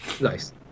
Nice